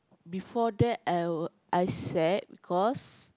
before that I I sad because